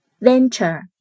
Venture